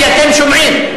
כי אתם שומעים.